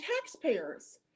taxpayers